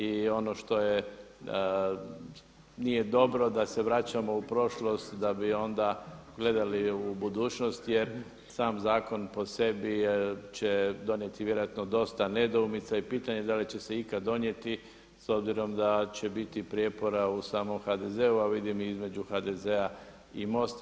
I ono što nije dobro da se vraćamo u prošlost da bi onda gledali u budućnost, jer sam zakon po sebi će donijeti vjerojatno dosta nedoumica i pitanje je da li će se ikad donijeti s obzirom da će biti prijepora u samom HDZ-u, a vidim i između HDZ-a i MOST-a.